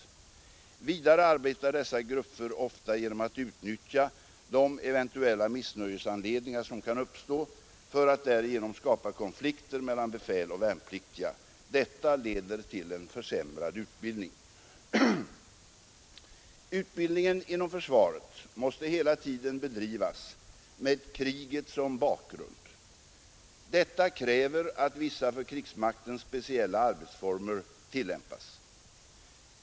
Vidare arbetar dessa grupper ofta genom att utnyttja de eventuella missnöjesanledningar som kan uppstå för att därigenom skapa konflikter mellan befäl och värnpliktiga. Detta leder till en försämrad utbildning. Utbildningen inom försvaret måste hela tiden bedrivas med kriget som bakgrund. Detta kräver att vissa för krigsmakten speciella arbetsformer tillämpas.